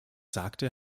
sagte